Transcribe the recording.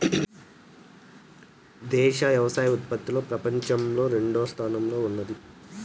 దేశం వ్యవసాయ ఉత్పత్తిలో పపంచంలో రెండవ స్థానంలో ఉన్నాది